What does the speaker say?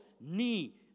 knee